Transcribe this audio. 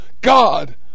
God